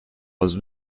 was